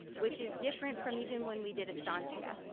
which is different from even when we did estancia,